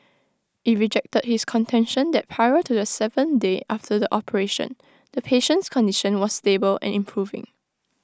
IT rejected his contention that prior to the seventh day after the operation the patient's condition was stable and improving